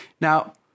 Now